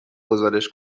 گزارش